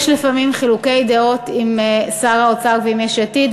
יש לפעמים חילוקי דעות עם שר האוצר ועם יש עתיד,